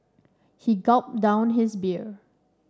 he gulped down his beer